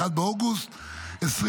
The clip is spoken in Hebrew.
1 באוגוסט 2024,